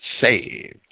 saved